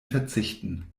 verzichten